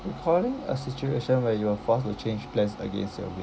recalling a situation where you were forced to change plans against your will